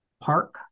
Park